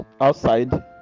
outside